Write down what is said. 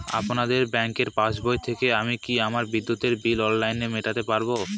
আপনাদের ব্যঙ্কের পাসবই থেকে আমি কি আমার বিদ্যুতের বিল অনলাইনে মেটাতে পারবো?